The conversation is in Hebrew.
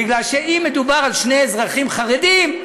מפני שאם מדובר על שני אזרחים חרדים,